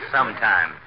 Sometime